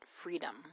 freedom